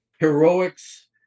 Heroics